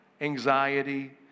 Anxiety